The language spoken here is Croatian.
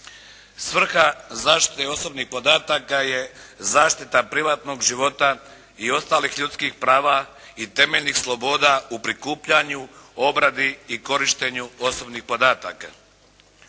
Svrha zaštite osobnih podataka je zaštita privatnog života i ostalih ljudskih prava i temeljnih sloboda u prikupljanju, obradi i korištenju osobnih podataka.